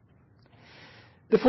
misvisende. Det